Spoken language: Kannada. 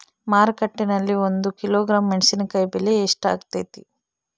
ಮಾರುಕಟ್ಟೆನಲ್ಲಿ ಒಂದು ಕಿಲೋಗ್ರಾಂ ಮೆಣಸಿನಕಾಯಿ ಬೆಲೆ ಎಷ್ಟಾಗೈತೆ?